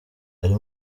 ari